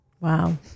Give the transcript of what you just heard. wow